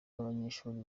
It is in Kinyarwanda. abanyeshuri